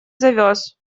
завез